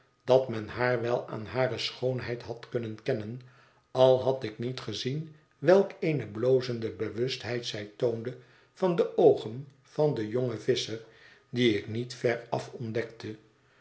dat men haar wel aan hare schoonheid had kunnen kennen al had ik niet gezien welk eene blozende bewustheid zij toonde van de oogen van den jongen visscher dien ik niet veraf ontdekte